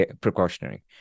precautionary